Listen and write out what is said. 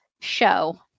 show